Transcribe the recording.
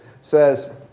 says